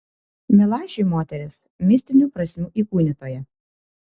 milašiui moteris mistinių prasmių įkūnytoja